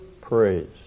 praise